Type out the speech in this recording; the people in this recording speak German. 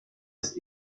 ist